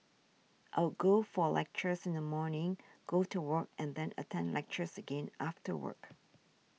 I'll go for lectures in the morning go to work and then attend lectures again after work